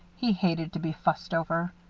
he hated to be fussed over.